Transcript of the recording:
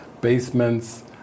basements